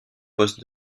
poste